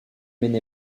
maine